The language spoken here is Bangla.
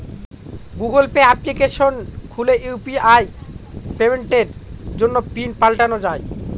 গুগল পে অ্যাপ্লিকেশন খুলে ইউ.পি.আই পেমেন্টের জন্য পিন পাল্টানো যাই